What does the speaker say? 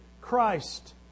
Christ